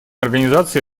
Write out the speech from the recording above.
организации